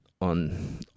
on